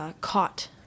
caught